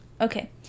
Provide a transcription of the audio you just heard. okay